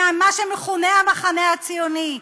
ממה שמכונה המחנה הציוני.